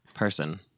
person